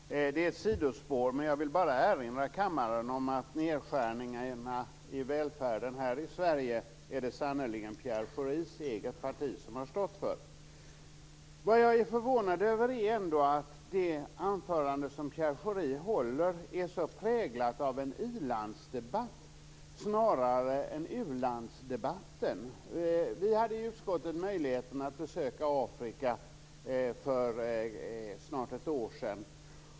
Herr talman! Det är ett sidospår, men jag vill erinra kammaren om att nedskärningarna i välfärden här i Sverige har sannerligen Pierre Schoris eget parti stått för. Jag är ändå förvånad över att det anförande som Pierre Schori håller är så präglat av en i-landsdebatt snarare än en u-landsdebatt. Vi hade i utskottet möjlighet att besöka Afrika för snart ett år sedan.